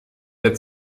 der